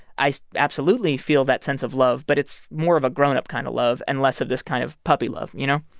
i absolutely feel that sense of love. but it's more of a grown-up kind of love and less of this kind of puppy love, you know?